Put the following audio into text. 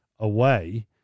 away